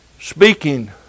speaking